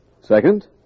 Second